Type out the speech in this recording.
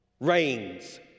reigns